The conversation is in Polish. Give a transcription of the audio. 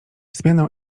zmianę